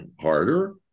harder